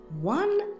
one